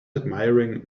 admiring